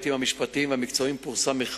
זה שערורייה שרק